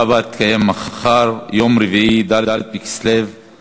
הכרזה לסגן מזכירת הכנסת.